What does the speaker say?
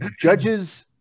judges